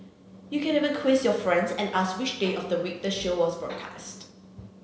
you can even quiz your friends and ask which day of the week the show was broadcast